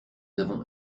avons